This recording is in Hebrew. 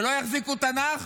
שלא יחזיקו תנ"ך